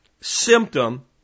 symptom